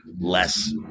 less